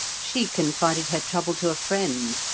she confided her trouble to a friend,